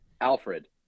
Alfred